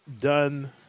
done